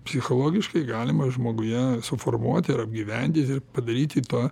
psichologiškai galima žmoguje suformuoti ir apgyvendinti ir padaryti tą